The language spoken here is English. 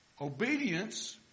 obedience